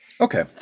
Okay